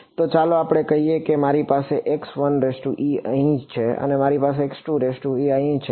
તો ચાલો આપણે કહીએ કે આ મારી અહીં છે અને આ મારી અહી છે